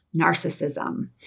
narcissism